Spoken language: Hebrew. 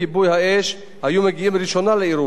אך הטיפול היה חלקי ומוגבל